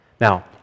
Now